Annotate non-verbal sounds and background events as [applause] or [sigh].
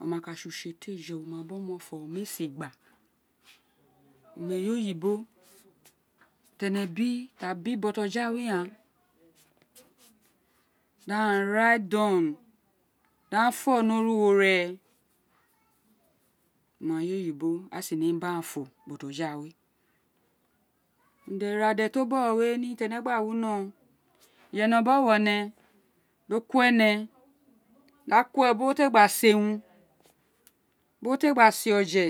Oma ka tse utse tí ee jo wa ma bí ọ ma fó o ma éè si gba oma eye oyibo bí énè bí ta bí bọ toja we ghaan dí éè [unintelligible] da fó ní orrgho re ọma eye we oyibo a si ka mo némí bí aghan fó bọtoja a we ira de tí o bọghọ we irade ní ira to bogh ne ní ténè gba winó iyénè bí owa énè do kó énè urun bí wo te gba si éè oje